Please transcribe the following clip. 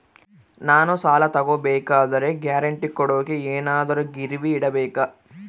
ನಾನು ಸಾಲ ತಗೋಬೇಕಾದರೆ ಗ್ಯಾರಂಟಿ ಕೊಡೋಕೆ ಏನಾದ್ರೂ ಗಿರಿವಿ ಇಡಬೇಕಾ?